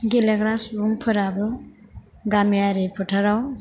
गेलेग्रा सुबुंफोराबो गामियारि फोथाराव